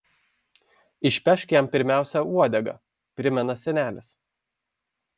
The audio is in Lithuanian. išpešk jam pirmiausia uodegą primena senelis